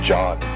John